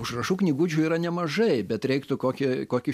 užrašų knygučių yra nemažai bet reiktų kokį kokį